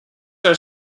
are